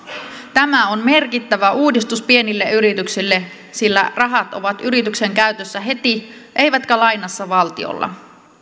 tämä on merkittävä uudistus pienille yrityksille sillä rahat ovat yrityksen käytössä heti eivätkä lainassa valtiolla